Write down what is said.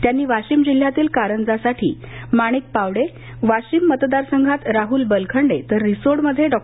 त्यांनी वाशिम जिल्ह्यातील कारंजासाठी माणिक पावडे वाशिम मतदारसंघात राहूल बलखंडे तर रिसोड मध्ये डॉ